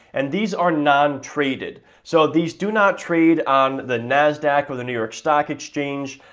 and these are non-traded. so, these do not trade on the nasdaq or the new york stock exchange.